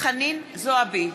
חנין זועבי,